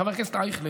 חבר הכנסת אייכלר,